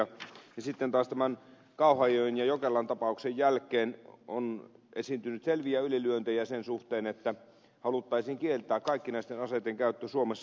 ja sitten taas kauhajoen ja jokelan tapausten jälkeen on esiintynyt selviä ylilyöntejä sen suhteen että haluttaisiin kieltää kaikkinaisten aseitten käyttö suomessa